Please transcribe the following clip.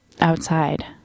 outside